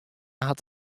hat